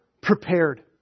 prepared